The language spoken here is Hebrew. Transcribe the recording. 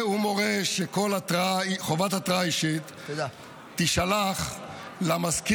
הוא מורה שחובת התרעה אישית תישלח למזכיר